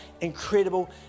incredible